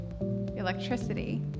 Electricity